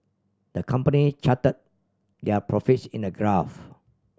the company charted their profits in a graph